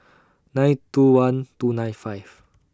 nine two one two nine five